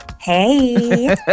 Hey